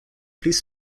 please